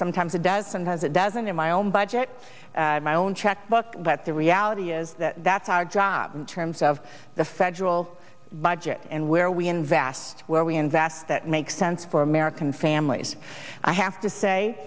sometimes it does sometimes it doesn't in my own budget my own checkbook but the reality is that that's our job in terms of the federal budget and where we invest where we invest that makes sense for american families i have to say